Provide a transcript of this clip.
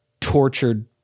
tortured